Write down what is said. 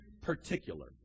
particular